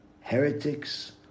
heretics